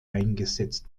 eingesetzt